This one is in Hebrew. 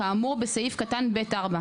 כאמור בסעיף קטן (ב)(4).